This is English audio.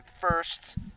first